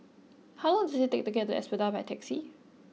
how long does it take to get to Espada by taxi